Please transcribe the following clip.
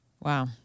Wow